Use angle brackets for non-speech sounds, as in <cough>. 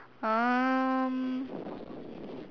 um <breath>